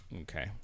Okay